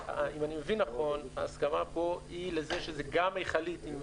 מבין נכון, ההסכמה פה היא לזה שזה גם מכלית.